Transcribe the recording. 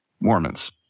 Mormons